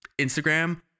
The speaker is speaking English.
Instagram